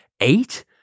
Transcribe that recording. Eight